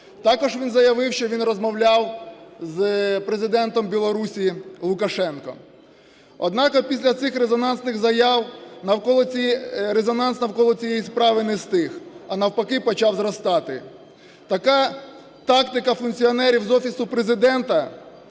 Також він заявив, що він розмовляв з Президентом Білорусі Лукашенком. Однак після цих резонансних заяв резонанс навколо цієї справи не стих, а навпаки почав зростати. Така тактика функціонерів з Офісу Президента,